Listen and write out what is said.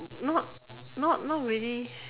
not not not really